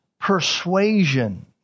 persuasion